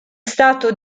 stato